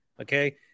Okay